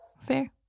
Fair